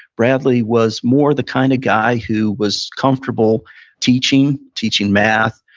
bradley was more the kind of guy who was comfortable teaching, teaching math,